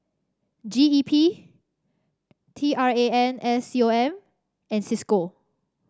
G E P T R A N S C O M and Cisco